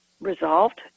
resolved